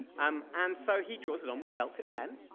um and so he draws it on with a felt tip pen.